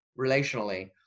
relationally